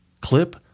clip